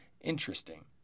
interesting